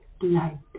light